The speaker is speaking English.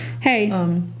Hey